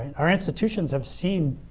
our institutions have seen